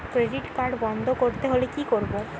Credit card বন্ধ করতে হলে কি করব?